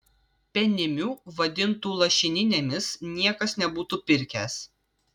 penimių vadintų lašininėmis niekas nebūtų pirkęs